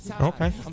Okay